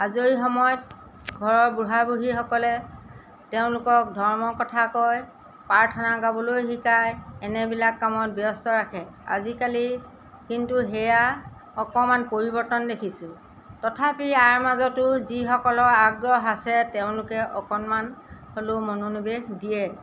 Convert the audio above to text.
আজৰি সময়ত ঘৰৰ বুঢ়া বুঢ়ীসকলে তেওঁলোকক ধৰ্মৰ কথা কয় প্ৰাৰ্থনা গাবলৈ শিকায় এনেবিলাক কামত ব্যস্ত ৰাখে আজিকালি কিন্তু সেয়া অকণমান পৰিৱৰ্তন দেখিছোঁ তথাপি ইয়াৰ মাজতো যিসকলৰ আগ্ৰহ আছে তেওঁলোকে অকণমান হ'লেও মনোনিবেশ দিয়ে